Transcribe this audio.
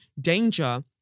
Danger